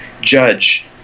judge